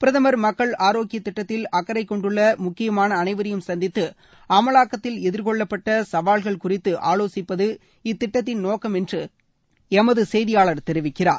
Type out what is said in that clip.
பிரதமர் மக்கள் ஆரோக்கிய திட்டத்தில் அக்கறைகொண்டுள்ள முக்கியமான அனைவரையும் சந்தித்து அமலாக்கத்தில் எதிர்கொள்ளப்பட்ட சவால்கள் குறித்து ஆலோசிப்பது இத்திட்டத்தின் நோக்கம் என்று எமது செய்தியாளர் தெரிவிக்கிறார்